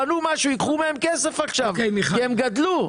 ייקחו מהם כסף עכשיו כי הם גדלו.